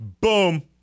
Boom